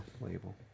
label